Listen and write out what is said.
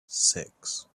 six